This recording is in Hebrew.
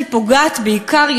היא פוגעת בעיקר,